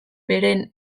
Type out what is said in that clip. beren